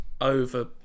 over